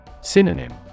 Synonym